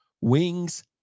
wings